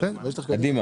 וקיבלו.